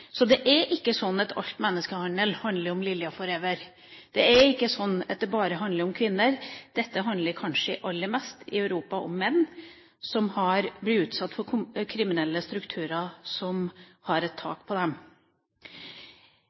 Så det er ikke sånn at all menneskehandel handler om «Lilja 4-ever». Det er ikke sånn at det bare handler om kvinner. I Europa handler dette kanskje aller mest om menn som blir utsatt for kriminelle strukturer som har et tak på dem.